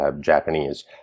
Japanese